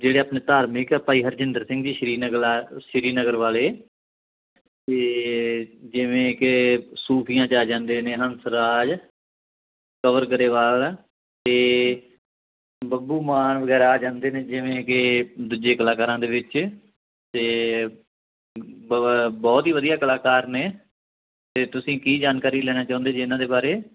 ਜਿਹੜੇ ਆਪਣੇ ਧਾਰਮਿਕ ਹੈ ਭਾਈ ਹਰਜਿੰਦਰ ਸਿੰਘ ਜੀ ਸ਼੍ਰੀ ਨਗਲਾ ਸ਼੍ਰੀਨਗਰ ਵਾਲੇ ਅਤੇ ਜਿਵੇਂ ਕਿ ਸੂਫ਼ੀਆਂ 'ਚ ਆ ਜਾਂਦੇ ਨੇ ਹੰਸਰਾਜ ਕਵਰ ਗਰੇਵਾਲ ਅਤੇ ਬੱਬੂ ਮਾਨ ਵਗੈਰਾ ਆ ਜਾਂਦੇ ਨੇ ਜਿਵੇਂ ਕਿ ਦੂਜੇ ਕਲਾਕਾਰਾਂ ਦੇ ਵਿੱਚ ਅਤੇ ਬਹੁਤ ਹੀ ਵਧੀਆ ਕਲਾਕਾਰ ਨੇ ਅਤੇ ਤੁਸੀਂ ਕੀ ਜਾਣਕਾਰੀ ਲੈਣਾ ਚਾਹੁੰਦੇ ਜੀ ਇਹਨਾਂ ਦੇ ਬਾਰੇ